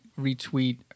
retweet